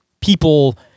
people